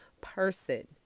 person